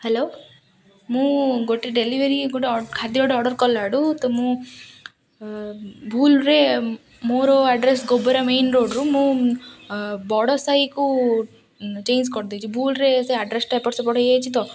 hello ମୁଁ ଗୋଟେ delivery ଗୋଟେ ଖାଦ୍ୟ ଗୋଟେ ଅର୍ଡ଼ର୍ କଲାଠୁ ତ ମୁଁ ଭୁଲ୍ରେ ମୋର ଆଡ଼୍ରେସ୍ ଗୋବରା ମେନ୍ ରୋଡ଼୍ରୁ ମୁଁ ବଡ଼ ସାାଇକୁ ଚେଞ୍ଜ୍ କରିଦେଇଛି ଭୁଲ୍ରେ ସେ ଆଡ଼୍ରେସ୍ଟା ଏପଟ ସେପଟ ହେଇଯାଇଛି ତ